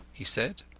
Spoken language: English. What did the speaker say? he said.